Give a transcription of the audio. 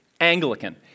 Anglican